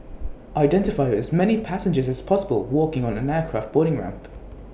identify as many passengers as possible walking on an aircraft boarding ramp